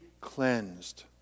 cleansed